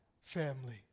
family